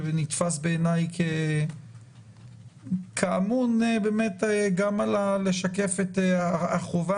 שנתפס בעיניי כאמון גם לשקף את החובה